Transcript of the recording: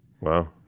Wow